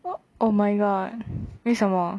what oh my god 为什么